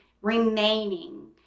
remaining